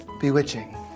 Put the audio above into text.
bewitching